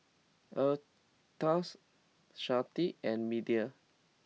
Erastus Sharde and Media